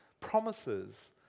promises